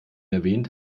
erwähnt